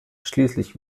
schließlich